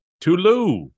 Tulu